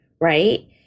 Right